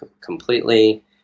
completely